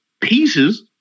pieces